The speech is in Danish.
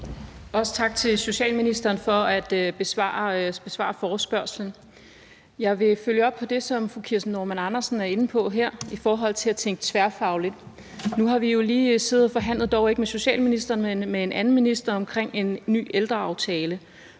Også tak til socialministeren for at besvare forespørgslen. Jeg vil følge op på det, som fru Kirsten Normann Andersen er inde på her i forhold til at tænke tværfagligt. Nu har vi jo lige siddet og forhandlet, dog ikke med socialministeren, men med en anden minister, omkring en ny ældreaftale,